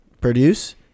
produce